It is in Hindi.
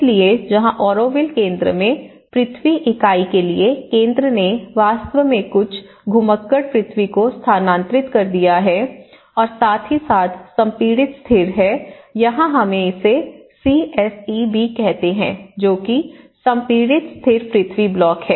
इसलिए जहां ऑरोविले केंद्र में पृथ्वी इकाई के लिए केंद्र ने वास्तव में कुछ घुमक्कड़ पृथ्वी को स्थानांतरित कर दिया है और साथ ही साथ संपीड़ित स्थिर है यहां हम इसे सीएसईबी कहते हैं जो कि संपीड़ित स्थिर पृथ्वी ब्लॉक है